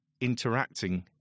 interacting